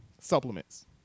supplements